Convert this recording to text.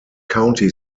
county